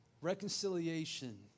reconciliation